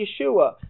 Yeshua